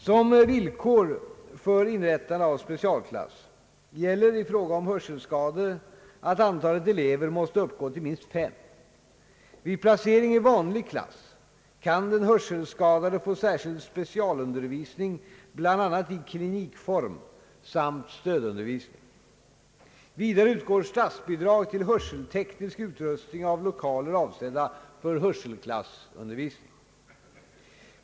Som villkor för inrättande av specialklass gäller i fråga om hörselskadade att antalet elever måste uppgå till minst fem. Vid placering i vanlig klass kan den hörselskadade få särskild specialundervisning, bl.a. i klinikform, samt stödundervisning. Vidare utgår statsbidrag till hörselteknisk utrustning av lokaler avsedda för hörselklassundervisning.